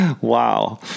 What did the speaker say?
Wow